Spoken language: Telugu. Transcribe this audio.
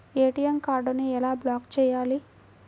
ఏ.టీ.ఎం కార్డుని ఎలా బ్లాక్ చేయాలి?